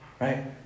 Right